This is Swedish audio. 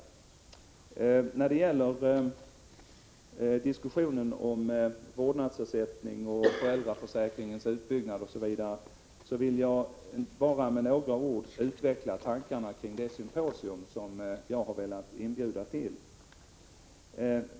När det sedan gäller diskussionen om vårdnadsersättningen och föräldraförsäkringens utbyggnad osv. vill jag bara med några ord utveckla tankarna kring det symposium som jag vill inbjuda till.